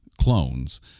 clones